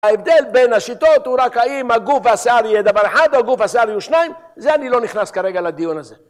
ההבדל בין השיטות הוא רק האם הגוף והשיער יהיה דבר אחד או הגוף והשיער יהיו שניים זה אני לא נכנס כרגע לדיון הזה